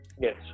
Yes